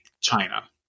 China